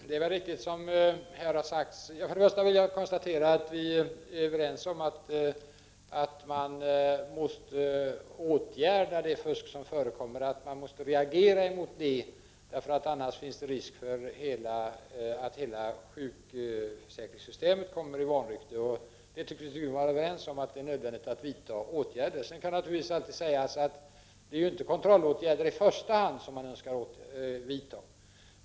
Herr talman! Först vill jag konstatera att vi är överens om att man måste reagera mot det fusk som förekommer — annars finns det risk att hela sjukförsäkringssystemet kommer i vanrykte. Vi tycks vara överens om att det är nödvändigt att vidta åtgärder. Sedan kan det naturligtvis alltid sägas att det inte i första hand är kontrollåtgärder som man önskar vidta.